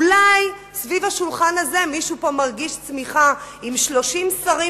אולי סביב השולחן הזה מישהו מרגיש צמיחה עם 30 שרים